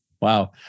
Wow